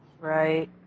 right